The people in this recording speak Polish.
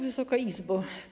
Wysoka Izbo!